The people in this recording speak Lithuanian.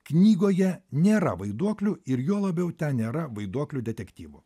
knygoje nėra vaiduoklių ir juo labiau ten nėra vaiduoklių detektyvo